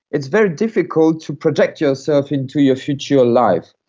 it's very difficult to project yourself into your future life.